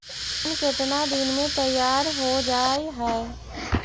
धान केतना दिन में तैयार हो जाय है?